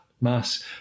mass